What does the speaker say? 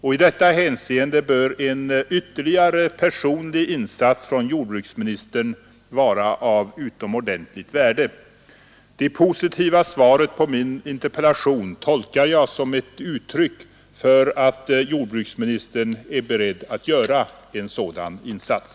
I detta hänseende bör en ytterligare personlig insats av jordbruksministern vara av utomordentligt värde. Det positiva svaret på min interpellation tolkar jag som ett uttryck för att jordbruksministern är beredd att göra en sådan insats.